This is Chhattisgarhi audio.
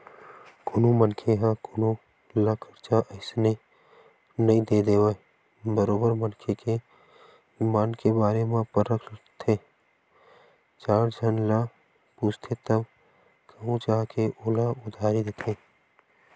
कोनो मनखे ह कोनो ल करजा अइसने नइ दे देवय बरोबर मनखे के ईमान के बारे म परखथे चार झन ल पूछथे तब कहूँ जा के ओला उधारी देथे